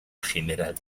general